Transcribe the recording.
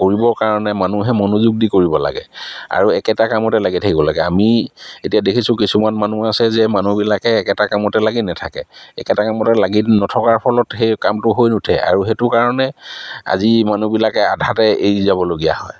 কৰিবৰ কাৰণে মানুহে মনোযোগ দি কৰিব লাগে আৰু একেটা কামতে লাগি থাকিব লাগে আমি এতিয়া দেখিছোঁ কিছুমান মানুহ আছে যে মানুহবিলাকে একেটা কামতে লাগি নেথাকে একেটা কামতে লাগি নথকাৰ ফলত সেই কামটো হৈ নুঠে আৰু সেইটো কাৰণে আজি মানুহবিলাকে আধাতে এৰি যাবলগীয়া হয়